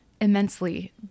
immensely